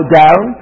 down